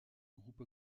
groupe